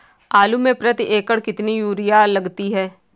आलू में प्रति एकण कितनी यूरिया लगती है?